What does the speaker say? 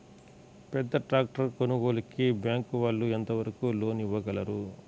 పెద్ద ట్రాక్టర్ కొనుగోలుకి బ్యాంకు వాళ్ళు ఎంత వరకు లోన్ ఇవ్వగలరు?